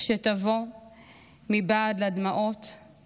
/ כשתבוא / מבעד לדמעות /